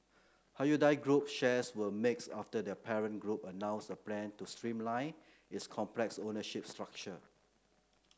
Hyundai Group shares were mixed after their parent group announced a plan to streamline its complex ownership structure